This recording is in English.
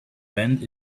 bend